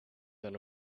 than